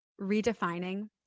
redefining